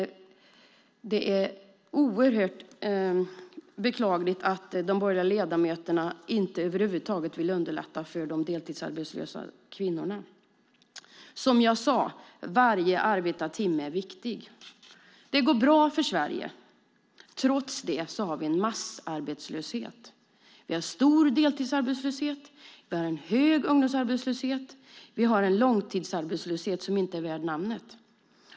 Det är oerhört beklagligt att de borgerliga ledamöterna inte över huvud taget vill underlätta för de deltidsarbetslösa kvinnorna. Som jag sade: Varje arbetad timme är viktig. Det går bra för Sverige. Trots det har vi en massarbetslöshet. Vi har stor deltidsarbetslöshet. Vi har hög ungdomsarbetslöshet. Vi har en långtidsarbetslöshet som verkligen är värd namnet.